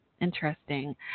interesting